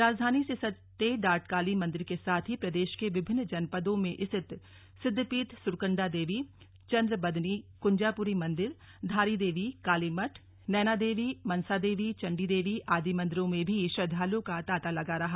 राजधानी से सटे डाटकाली मंदिर के साथ ही प्रदेश के विभिन्न जनपदों में स्थित सिद्धपीठ सुरकंडा देवी चंद्रबदनी कुंजापुरी मंदिर धारी देवी कालीमठ नैना देवी मंसा देवी चंडी देवी आदि मंदिरों में भी श्रद्धालुओं का तांता लगा रहा